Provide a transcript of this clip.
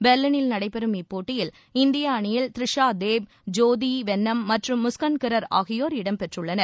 பெர்லினில் நடைபெறும் இப்போட்டியில் இந்திய அணியில் திரிஷா தேப் ஜோதி சுரேகா வென்னம் மற்றும் முஸ்கன் கிரர் ஆகியோர் இடம் பெற்றுள்ளனர்